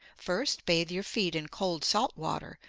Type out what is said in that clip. first bathe your feet in cold salt water,